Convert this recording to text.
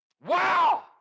Wow